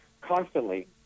constantly